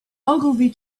ogilvy